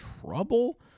trouble